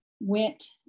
went